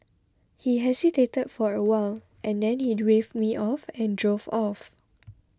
he hesitated for a while and then he waved me off and drove off